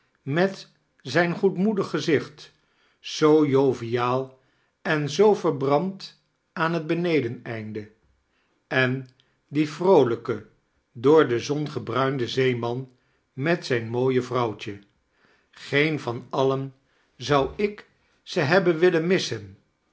met zijn goedmoedig gezicht zoo joviaal em zoo verbrand aan het benedeneinde en die vroolijke door de zon gebruinde zeeman met zijn mooie vrouwtje geen van alien zou ik ze hebben willen misisen